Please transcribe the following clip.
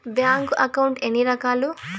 bank account ఎన్ని రకాలు